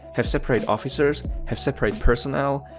have separate officers, have separate personnel,